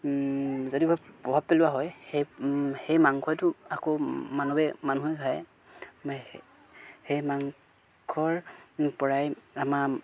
যদি প্ৰভাৱ পেলোৱা হয় সেই সেই মাংসইটো আকৌ মানুহে মানুহে খায় সেই মাংসৰ পৰাই আমাৰ